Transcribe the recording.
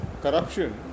corruption